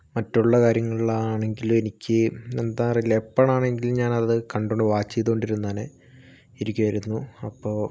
മറ്റുള്ള കാര്യങ്ങളിൽ ആണെങ്കിലും എനിക്ക് നിർത്താറില്ല എപ്പോഴാണെങ്കിലും ഞാൻ അത് കണ്ടുകൊണ്ട് വാച്ച് ചെയ്തുകൊണ്ട് ഇരുന്നേനേ ഇരിക്കുവായിരുന്നു അപ്പൊൾ